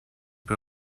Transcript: per